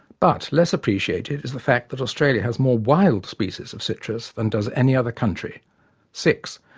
but, less appreciated is the fact that australia has more wild species of citrus than does any other country six,